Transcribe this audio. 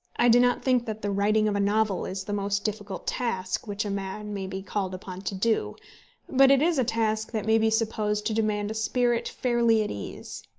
i do not think that the writing of a novel is the most difficult task which a man may be called upon to do but it is a task that may be supposed to demand a spirit fairly at ease.